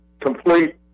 complete